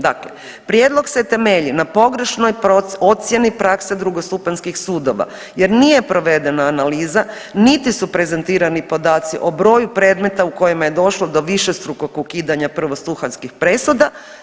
Dakle, prijedlog se temelji na pogrešnoj ocjeni prakse drugostupanjskih sudova jer nije provedena analiza niti su prezentirani podaci o broju predmeta u kojima je došlo do višestrukog ukidanja prvostupanjskih presuda.